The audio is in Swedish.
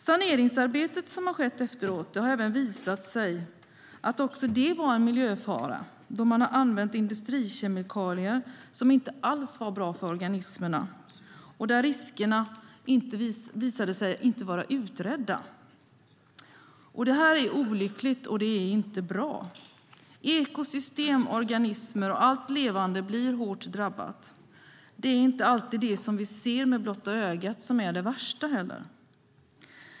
Saneringsarbetet som har skett efteråt har även visat sig vara en miljöfara då man har använt industrikemikalier som inte alls var bra för organismerna och där riskerna visade sig inte vara utredda. Detta är olyckligt, och det är inte bra. Ekosystem, organismer och allt levande blir hårt drabbat. Det är inte alltid det som vi ser med blotta ögat som är det värsta.